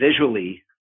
visually